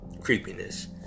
creepiness